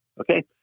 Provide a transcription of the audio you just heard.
Okay